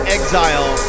Exile